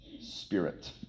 spirit